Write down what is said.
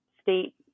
state